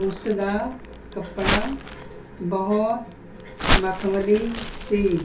ਉਸਦਾ ਕੱਪੜਾ ਬਹੁਤ ਮਖਮਲੀ ਸੀ